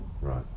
Right